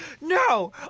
no